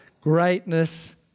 greatness